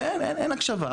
ואין הקשבה.